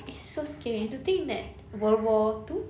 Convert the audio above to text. it's so scary to think that world war two